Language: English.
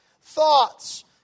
thoughts